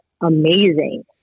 amazing